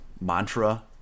mantra